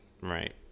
Right